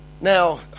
Now